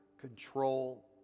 control